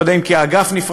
אני לא יודע אם כאגף נפרד,